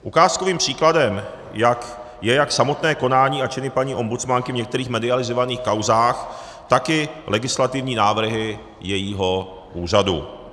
Ukázkovým příkladem je jak samotné konání a činy paní ombudsmanky v některých medializovaných kauzách, tak i legislativní návrhy jejího úřadu.